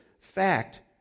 fact